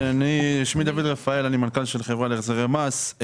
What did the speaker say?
כן, שמי דוד רפאל, אני מנכ"ל של חברה להחזרי מס.